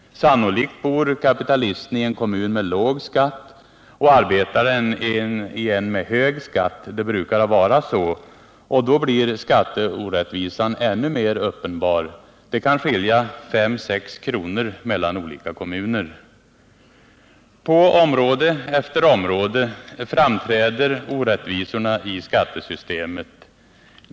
Sannolikt bor kapitalisten i en kommun med låg skatt och arbetaren i en med hög skatt — det brukar vara så — och då blir skatteorättvisan ännu mer uppenbar. Det kan skilja 5-6 kr. mellan olika kommuner. På område efter område framträder orättvisorna i skattesystemet.